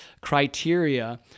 criteria